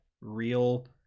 real